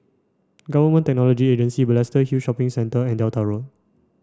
Government Technology Agency Balestier Hill Shopping Centre and Delta Road